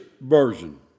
version